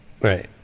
Right